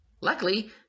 Luckily